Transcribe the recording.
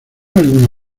alguna